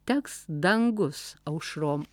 teks dangus aušrom